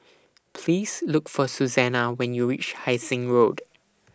Please Look For Susannah when YOU REACH Hai Sing Road